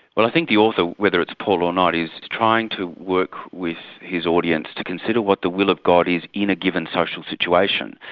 well i think the author, whether it's paul or not, is trying to work with his audience to consider what the will of god is in a given social situation.